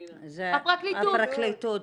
הפרקליטות.